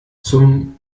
zum